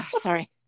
sorry